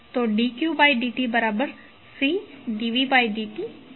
તોd qd tCd vd t